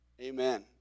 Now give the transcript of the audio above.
Amen